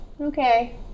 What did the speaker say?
Okay